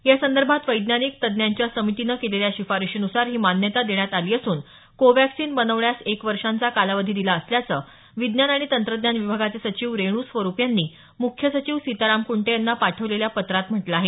यासंदर्भात वैज्ञानिक तज्ञांच्या समितीने केलेल्या शिफारशीनुसार ही मान्यता देण्यात आली असून कोवॅक्सीन बनवण्यास एक वर्षांचा कालावधी दिला असल्याचं विज्ञान आणि तंत्रज्ञान विभागाचे सचिव रेणू स्वरूप यांनी मुख्य सचिव सीताराम कुंटे यांना पाठवलेल्या पत्रात म्हटलं आहे